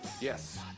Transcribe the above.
Yes